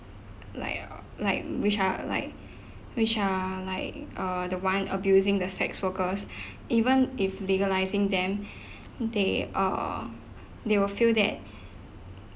like uh like which are like which are like err the one abusing the sex workers even if legalising them they uh they will feel that